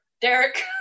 Derek